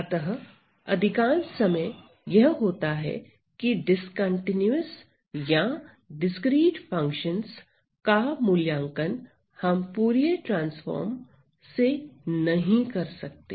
अतः अधिकांश समय यह होता है की डिस्कंटीन्यूअस या डिस्क्रीट फंक्शनस का मूल्यांकन हम फूरिये ट्रांसफार्म से नहीं कर सकते